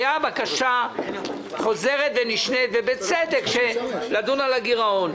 הייתה בקשה חוזרת ונשנית, ובצדק, לדון על הגרעון.